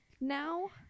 now